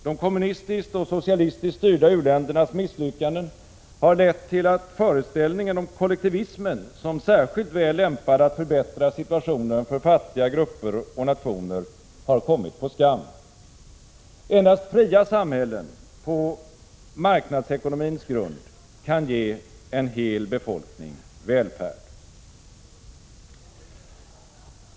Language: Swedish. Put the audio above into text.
De kommunistiskt och socialistiskt styrda u-ländernas misslyckanden har lett till att föreställningen om kollektivismen som särskilt väl lämpad att förbättra situationen för fattiga grupper och nationer har kommit på skam. Endast fria samhällen byggda på marknadsekonomins grund kan ge en hel befolkning välfärd.